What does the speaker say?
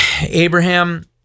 Abraham